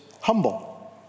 humble